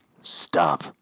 Stop